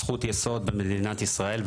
זכות יסוד במדינת ישראל,